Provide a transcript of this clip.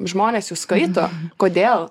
žmonės jus skaito kodėl